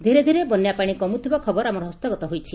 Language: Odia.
ଧୀରେ ଧୀରେ ବନ୍ୟା ପାଶି କମୁଥିବା ଖବର ଆମର ହସ୍ତଗତ ହୋଇଛି